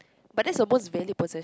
but that's a most valued possess